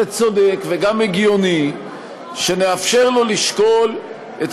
צודק וגם הגיוני שנאפשר לו לשקול את